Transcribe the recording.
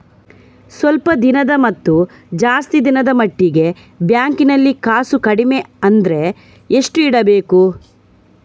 ಸ್ವಲ್ಪ ದಿನದ ಮತ್ತು ಜಾಸ್ತಿ ದಿನದ ಮಟ್ಟಿಗೆ ಬ್ಯಾಂಕ್ ನಲ್ಲಿ ಕಾಸು ಕಡಿಮೆ ಅಂದ್ರೆ ಎಷ್ಟು ಇಡಬೇಕು?